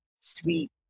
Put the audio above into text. sweet